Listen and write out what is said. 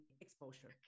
exposure